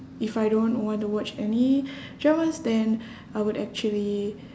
if I don't want to watch any dramas then I would actually